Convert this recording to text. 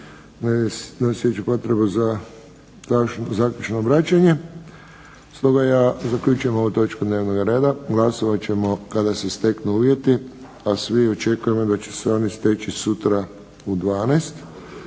ne osjeća potrebu za zaključno obraćanje stoga ja zaključujem ovu točku dnevnoga reda. Glasovat ćemo kada se steknu uvjeti, a svi očekujemo da će se oni steći sutra u 12,00